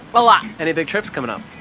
a lot. any big trips coming up?